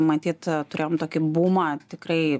matyt turėjom tokį bumą tikrai